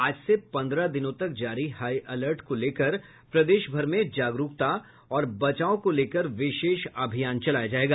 आज से पन्द्रह दिनों तक जारी हाई अलर्ट को लेकर प्रदेश भर में जागरूकता और बचाव को लेकर विशेष अभियान चलाया जायेगा